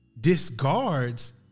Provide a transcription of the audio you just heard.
discards